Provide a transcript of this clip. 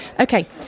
Okay